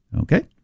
Okay